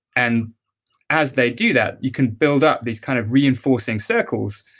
and as they do that, you can build up these kind of reinforcing circles,